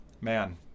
man